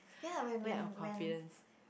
ya when when when